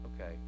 okay